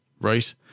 right